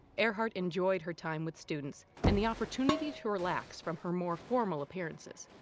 earhart enjoyed her time with students and the opportunity to relax from her more formal appearances.